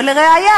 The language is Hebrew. ולראיה,